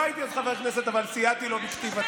הייתי אז חבר כנסת אבל סייעתי לו בכתיבתה,